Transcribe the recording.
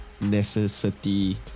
Necessity